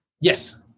Yes